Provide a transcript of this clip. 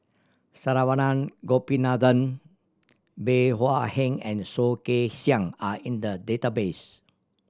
Saravanan Gopinathan Bey Hua Heng and Soh Kay Siang are in the database